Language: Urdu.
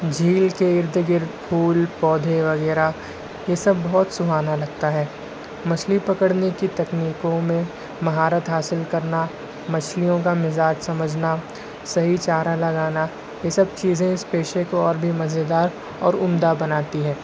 جھیل کے ارد گرد پھول پودے وغیرہ یہ سب بہت سہانا لگتا ہے مچھلی پکڑنے کی تکنیکوں میں مہارت حاصل کرنا مچھلیوں کا مزاج سمجھنا صحیح چارا لگانا یہ سب چیزیں اس پیشے کو اور بھی مزیدار اور عمدہ بناتی ہے